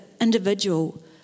individual